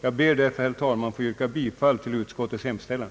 Jag ber därför, herr talman, få yrka bifall till utskottets hemställan.